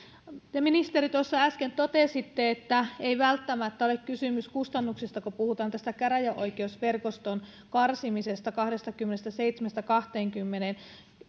te ministeri tuossa äsken totesitte että ei välttämättä ole kysymys kustannuksista kun puhutaan käräjäoikeusverkoston karsimisesta kahdestakymmenestäseitsemästä kahteenkymmeneen